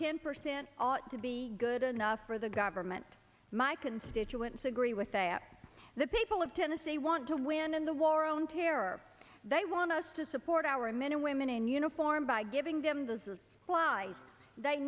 ten percent ought to be good enough for the government my constituents agree with a are the people of tennessee want to win in the war own terror they want us to support our men and women in uniform by giving them this is why they